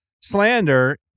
slander